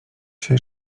czy